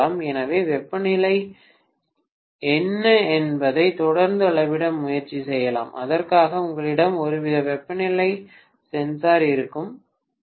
எனவே வெப்பநிலை என்ன என்பதை தொடர்ந்து அளவிட முயற்சி செய்யலாம் அதற்காக உங்களிடம் ஒருவித வெப்பநிலை சென்சார் இருக்கலாம்